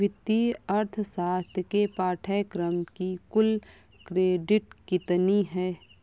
वित्तीय अर्थशास्त्र के पाठ्यक्रम की कुल क्रेडिट कितनी है?